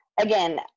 again